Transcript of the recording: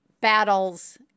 battles